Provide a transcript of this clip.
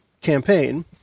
campaign